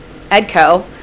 edco